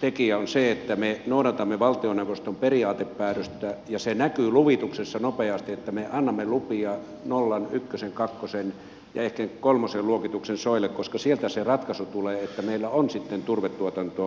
tekijä on se että me noudatamme valtioneuvoston periaatepäätöstä ja se näkyy luvituksessa nopeasti että me annamme lupia nollan ykkösen kakkosen ja ehkä kolmosen luokituksen soille koska sieltä se ratkaisu tulee että meillä on sitten turvetuotantoa tulevaisuudessa